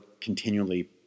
continually